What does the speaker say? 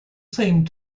same